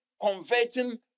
converting